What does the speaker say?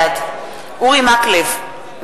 בעד אורי מקלב,